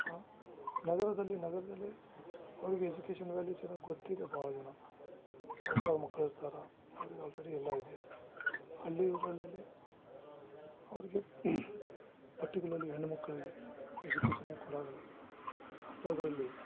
ಆ ನಗರದಲ್ಲಿ ನಗರದಲ್ಲಿ ಅವ್ರ್ಗೆ ಎಜುಕೇಶನ್ ವ್ಯಾಲ್ಯೂಸ್ ಏನೋ ಗೊತ್ತಿದೆ ಭಾಳ ಜನ ಸಾವ್ಕಾರ ಮಕ್ಕಳು ಇರ್ತಾರೆ ಅವ್ರಿಗೆ ಆಲ್ರೆಡಿ ಎಲ್ಲ ಇದೆ ಹಳ್ಳಿ ಊರಲ್ಲಿ ಅವ್ರಿಗೆ ಪಟ್ಟಿಕ್ಯುಲರ್ಲಿ ಹೆಣ್ಣು ಮಕ್ಕಳಿಗೆ ಎಜುಕೇಶನೇ ಕೊಡಲ್ಲ ಅಂಥದ್ದರಲ್ಲಿ